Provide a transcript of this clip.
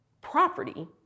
property